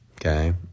Okay